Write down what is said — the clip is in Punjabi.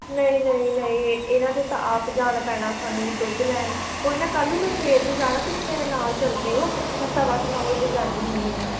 ਨਹੀਂ ਨਹੀਂ ਨਹੀਂ ਇਹਨਾ ਦੇ ਤਾਂ ਆਪ ਜਾਣਾ ਪੈਣਾ ਤੁਹਾਨੂੰ ਦੁੱਧ ਲੈਣ ਕੋਈ ਨਾ ਕੱਲ੍ਹ ਨੂੰ ਮੈਂ ਸਵੇਰ ਨੂੰ ਜਾਣਾ ਤੁਸੀਂ ਮੇਰੇ ਨਾਲ ਚਲ ਜਿਓ ਮੈਂ ਸਵਾ ਕੁ ਨੌ ਵਜੇ ਜਾਂਦੀ ਹੁੰਦੀ ਹਾਂ